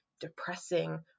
depressing